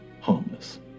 harmless